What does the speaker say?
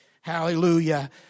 Hallelujah